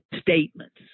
statements